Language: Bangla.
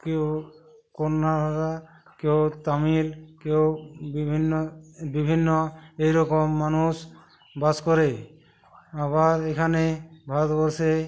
কেউ কানাড়া কেউ তামিল কেউ বিভিন্ন বিভিন্ন এইরকম মানুষ বাস করে আবার এখানে ভারতবর্ষে